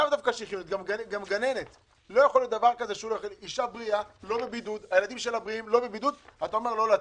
לא יכול להיות שלאישה בריאה שהיא לא בבידוד אתה אומר לא לצאת,